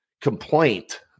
complaint